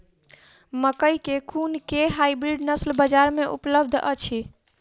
मकई केँ कुन केँ हाइब्रिड नस्ल बजार मे उपलब्ध अछि?